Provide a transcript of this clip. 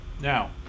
now